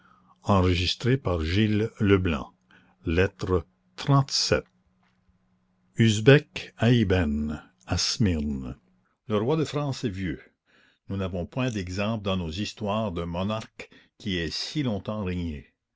lettre xxxvii usbek à ibben à smyrne l e roi de france est vieux nous n'avons point d'exemple dans nos histoires d'un monarque qui ait si longtemps régné